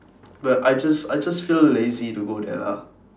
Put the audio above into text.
but I just I just feel lazy to go there lah